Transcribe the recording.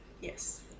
Yes